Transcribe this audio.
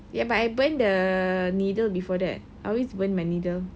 ya but I burn the needle before that I always burn my needle